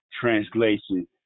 translation